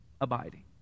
abiding